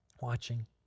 watching